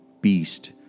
beast